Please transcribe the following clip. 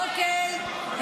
אוקיי.